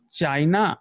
China